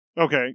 Okay